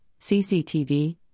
CCTV